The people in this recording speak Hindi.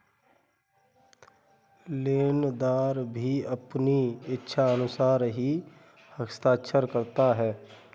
लेनदार भी अपनी इच्छानुसार ही हस्ताक्षर करता है